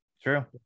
true